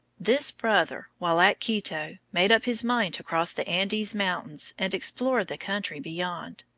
this brother, while at quito, made up his mind to cross the andes mountains and explore the country beyond.